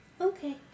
Okay